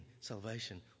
salvation